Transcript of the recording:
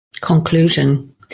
Conclusion